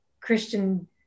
Christian